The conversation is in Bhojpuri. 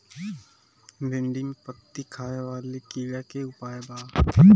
भिन्डी में पत्ति खाये वाले किड़ा के का उपाय बा?